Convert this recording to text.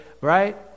right